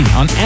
on